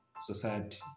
society